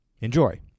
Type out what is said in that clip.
Enjoy